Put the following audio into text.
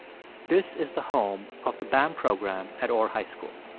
this is the home of the bam program at orr high school.